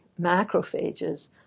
macrophages